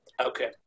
Okay